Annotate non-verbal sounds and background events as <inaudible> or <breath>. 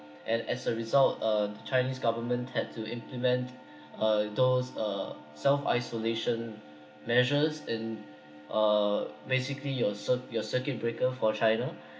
and as a result uh chinese government had to implement <breath> uh those uh self isolation measures in uh basically your cir~ your circuit breaker for china